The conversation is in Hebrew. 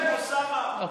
אני עוד פעם אשם, אוסאמה?